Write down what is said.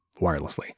wirelessly